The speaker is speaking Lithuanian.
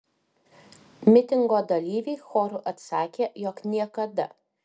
mitingo dalyviai choru atsakė jog niekada